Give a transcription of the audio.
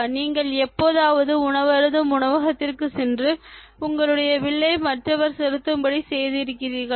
நீங்கள் எப்போவாவது உணவருந்தும் உணவகத்திற்கு சென்று உங்களுடைய பில்லை மற்றவர் செலுத்தும்படி செய்து இருக்கிறீர்களா